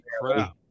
crap